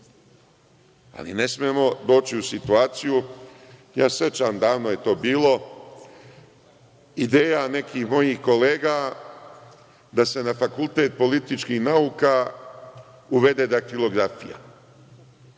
slično. Ne smemo doći u situaciju sećam se bilo je to davno, ideja nekih mojih kolega da se na Fakultet političkih nauka uvede daktilografija